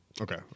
Okay